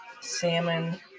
Salmon